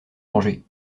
danger